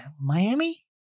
Miami